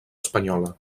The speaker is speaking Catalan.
espanyola